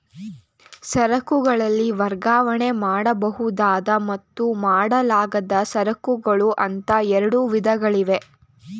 ಸರಕುಗಳಲ್ಲಿ ವರ್ಗಾವಣೆ ಮಾಡಬಹುದಾದ ಮತ್ತು ಮಾಡಲಾಗದ ಸರಕುಗಳು ಅಂತ ಎರಡು ವಿಧಗಳಿವೆ